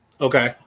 Okay